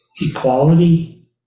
equality